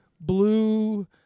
blue